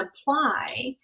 apply